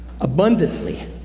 Abundantly